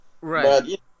Right